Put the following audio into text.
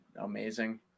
amazing